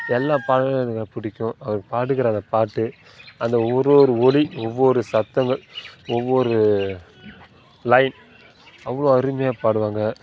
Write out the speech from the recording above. எல்லா பாடல்கள் எனக்கு பிடிக்கும் அவரு பாடுகிற அந்த பாட்டு அந்த ஒரு ஒரு ஒலி ஒவ்வொரு சப்தங்கள் ஒவ்வொரு லைன் அவ்வளோ அருமையாக பாடுவாங்க